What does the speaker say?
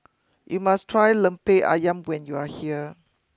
you must try Lemper Ayam when you are here